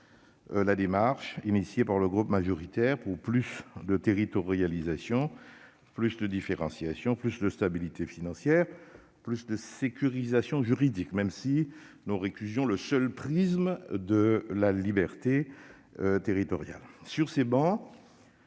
la démarche engagée par le groupe majoritaire pour plus de territorialisation, plus de différenciation, plus de stabilité financière et plus de sécurisation juridique, même si nous récusons le seul prisme de la liberté territoriale. Sur ces travées,